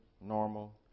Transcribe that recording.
normal